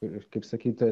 ir kaip sakyti